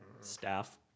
Staff